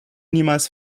niemals